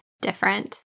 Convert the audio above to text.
different